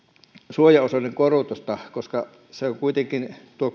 suojaosuuden korotusta koska tuo